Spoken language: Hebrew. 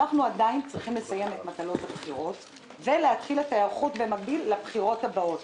צריך לסיים את מטלות הבחירות ולהתחיל את ההיערכות לבחירות הבאות,